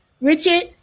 Richard